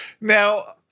Now